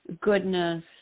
goodness